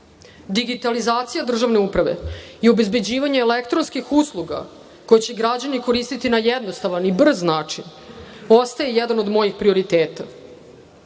službenicima. Digitalizacija državne uprave i obezbeđivanje elektronskih usluga koje će građani koristiti na jednostavan i brz način ostaje jedan od mojih